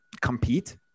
compete